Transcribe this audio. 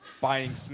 buying